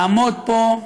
לעמוד פה,